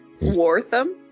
Wartham